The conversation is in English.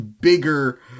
bigger